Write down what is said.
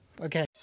Okay